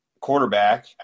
quarterback